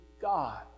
God